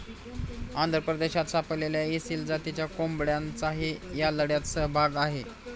आंध्र प्रदेशात सापडलेल्या एसील जातीच्या कोंबड्यांचाही या लढ्यात सहभाग आहे